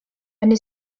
eine